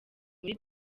muri